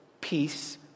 peace